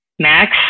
Max